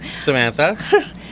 Samantha